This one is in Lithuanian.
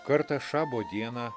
kartą šabo dieną